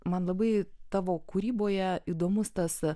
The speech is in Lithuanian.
man labai tavo kūryboje įdomus tas